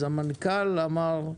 אז המנכ"ל אמר: